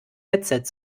headset